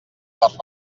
les